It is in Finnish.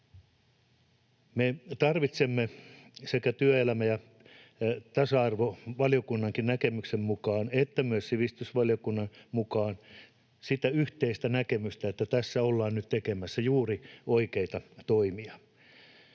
Me tarvitsemme sekä työelämä- ja tasa-arvovaliokunnan näkemyksen mukaan että myös sivistysvaliokunnan mukaan sitä yhteistä näkemystä, että tässä ollaan nyt tekemässä juuri oikeita toimia.